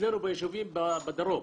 אצלנו ביישובים בדרום